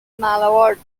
mallard